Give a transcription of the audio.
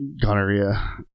Gonorrhea